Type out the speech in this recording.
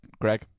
greg